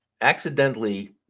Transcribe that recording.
accidentally